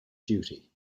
duty